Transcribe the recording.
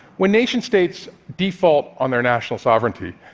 when nation-states default on their national sovereignty,